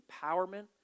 empowerment